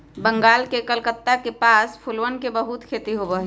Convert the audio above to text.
बंगाल के कलकत्ता के पास फूलवन के बहुत खेती होबा हई